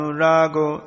rago